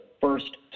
first